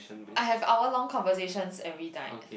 I have hour long conversations every night